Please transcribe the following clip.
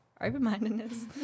open-mindedness